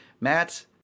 Matt